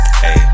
Hey